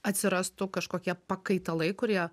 atsirastų kažkokie pakaitalai kurie